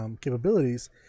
capabilities